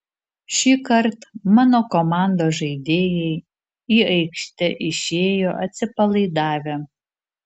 šįkart mano komandos žaidėjai į aikštę išėjo atsipalaidavę